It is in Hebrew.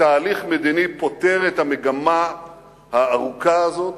שתהליך מדיני פותר את המגמה הארוכה הזאת